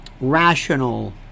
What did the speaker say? rational